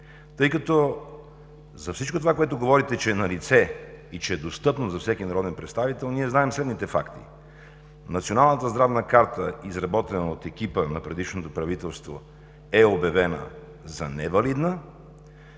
Тъй като за всичко, което говорите, че е налице и че е достъпно за всеки народен представител, ние знаем следните факти. Националната здравна карта, изработена от екипа на предишното правителство, е обявена за невалидна.